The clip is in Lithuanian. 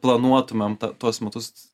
planuotumėm tuos metus